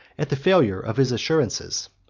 at the failure of his assurances.